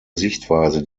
sichtweise